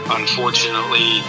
unfortunately